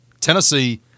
Tennessee